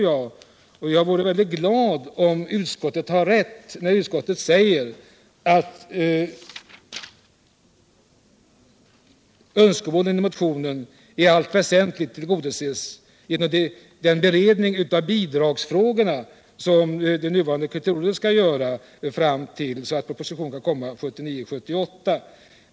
Jag vore väldigt glad om utskottet har rätt när det säger att önskemålen i motionen i allt väsentligt tillgodoses genom den beredning av bidragsfrågorna som kulturrådet skall göra så att en proposition kan komma 1979/80.